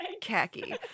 Khaki